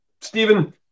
Stephen